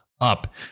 up